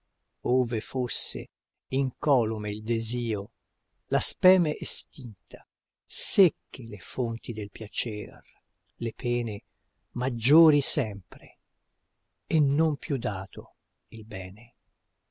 ove fosse incolume il desio la speme estinta secche le fonti del piacer le pene maggiori sempre e non più dato il bene